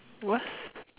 what